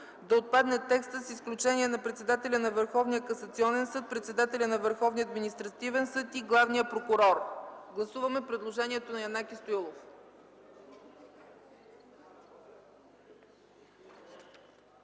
да отпадне текстът „с изключение на председателя на Върховния касационен съд, председателя на Върховния административен съд и главния прокурор”. Моля, гласувайте предложението. Гласували